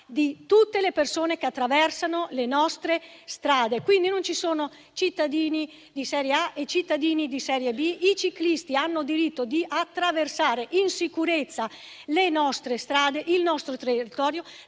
di tutte le persone che attraversano le nostre strade, e quindi non ci sono cittadini di serie A e cittadini di serie B. I ciclisti hanno diritto di attraversare in sicurezza le nostre strade e il nostro territorio